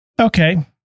Okay